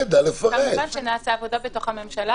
כמובן שנעשה עבודה בתוך הממשלה,